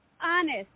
honest